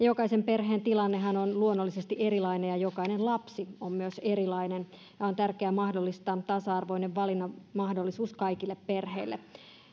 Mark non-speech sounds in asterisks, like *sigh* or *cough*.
*unintelligible* jokaisen perheen tilannehan on luonnollisesti erilainen ja jokainen lapsi on myös erilainen ja on tärkeää mahdollistaa tasa arvoinen valinnan mahdollisuus kaikille perheille